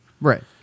Right